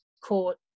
court